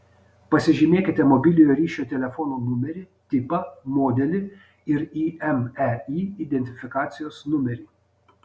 pasižymėkite mobiliojo ryšio telefono numerį tipą modelį ir imei identifikacijos numerį